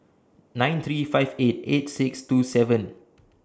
nine three five eight eight six two seven